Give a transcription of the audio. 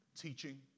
teaching